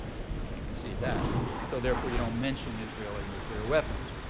can't concede that so therefore, you don't mention israeli nuclear weapons.